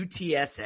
UTSA